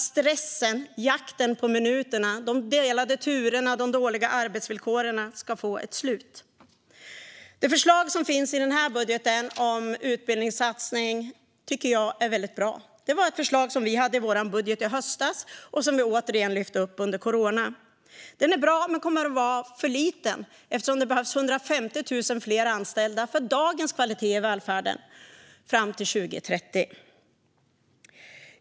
Stressen, jakten på minuter, de delade turerna och de dåliga arbetsvillkoren måste få ett slut. Det förslag om en utbildningssatsning som finns i den här budgeten tycker jag är väldigt bra. Det var ett förslag som vi hade i vår budget i höstas och som vi återigen förde fram under corona. Den är bra, men den kommer att vara för liten eftersom det behövs 150 000 fler anställda för dagens kvalitet i välfärden fram till 2030.